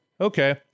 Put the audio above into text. Okay